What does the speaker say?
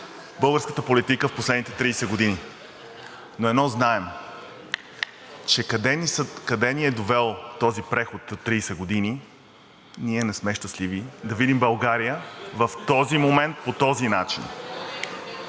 българската политика в последните 30 години, но едно знаем – къде ни е довел този преход от 30 години. Ние не сме щастливи да видим България в този момент, по този начин.